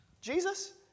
Jesus